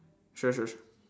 sure sure s~